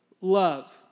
love